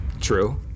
True